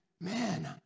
man